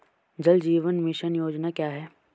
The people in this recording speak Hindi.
जल जीवन मिशन योजना क्या है?